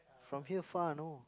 from here far know